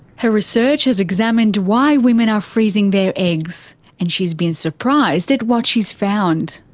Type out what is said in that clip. her research has examined why women are freezing their eggs, and she's been surprised at what she's found.